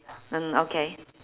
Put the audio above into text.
mm okay